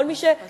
כל מי שקשור,